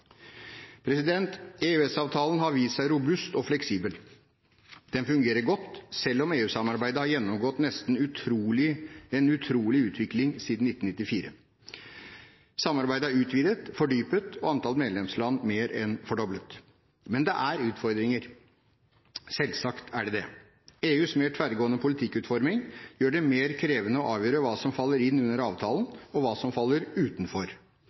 har vist seg robust og fleksibel. Den fungerer godt, selv om EU-samarbeidet har gjennomgått en nesten utrolig utvikling siden 1994. Samarbeidet er utvidet og fordypet og antall medlemsland mer enn fordoblet. Men det er utfordringer, selvsagt er det det. EUs mer tverrgående politikkutforming gjør det mer krevende å avgjøre hva som faller inn under avtalen, og hva som faller utenfor.